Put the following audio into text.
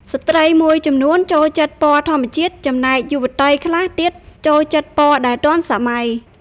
ស្ត្រីមួយចំនួនចូលចិត្តពណ៌ធម្មជាតិ ចំណែកយុវតីខ្លះទៀតចូលចិត្តពណ៌ដែលទាន់សម័យ។